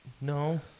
No